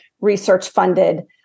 research-funded